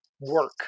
work